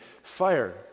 fire